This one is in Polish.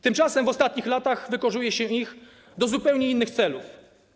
Tymczasem w ostatnich latach wykorzystuje się ich do zupełnie innych celów.